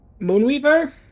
Moonweaver